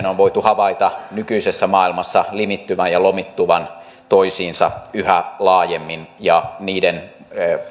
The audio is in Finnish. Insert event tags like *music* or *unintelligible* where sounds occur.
*unintelligible* on voitu havaita nykyisessä maailmassa limittyvän ja lomittuvan toisiinsa yhä laajemmin ja niiden